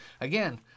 Again